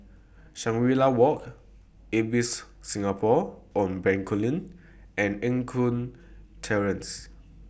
Shangri La Walk Ibis Singapore on Bencoolen and Eng Kong Terrace